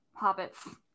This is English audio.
Hobbits